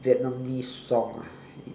vietnamese song ah